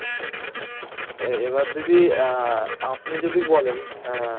এবার দিদি আপনি যদি বলেন